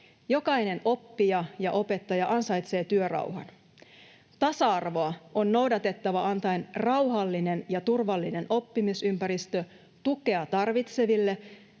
Jokainen oppija ja opettaja ansaitsee työrauhan. Tasa-arvoa on noudatettava antamalla rauhallinen ja turvallinen oppimisympäristö tukea tarvitseville